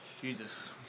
Jesus